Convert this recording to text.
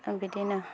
बिदिनो